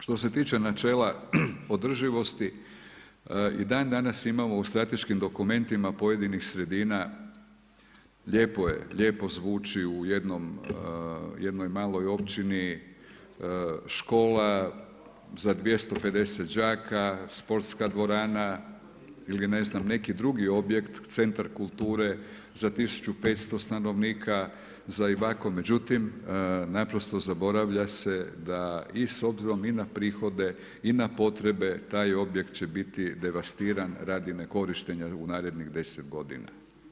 Što se tiče načela održivosti i danas imamo u strateškim dokumentima pojedinih sredina, lijepo zvuči u jednoj maloj općini škola za 250 đaka, sportska dvorana ili ne znam neki drugi objekt, centar kulture za 1500 stanovnika, za … međutim naprosto zaboravlja se da i s obzirom i na prihode i na potrebe taj objekt će biti devastiran radi nekorištenja u narednih deset godina.